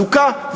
זוכה,